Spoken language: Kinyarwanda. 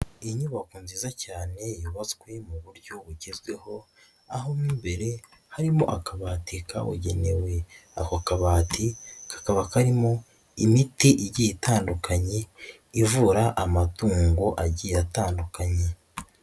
Inyubako nziza cyane yubatswe mu buryo bugezweho aho mo imbere harimo akabati kabugenewe, ako kabati kakaba karimo imiti igiye itandukanye ivura amatungo agiye atandukanye.